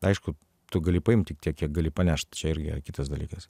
aišku tu gali paimt tik tiek kiek gali panešt čia irgi kitas dalykas